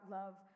love